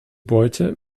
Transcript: beute